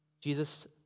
Jesus